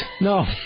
No